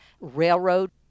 railroad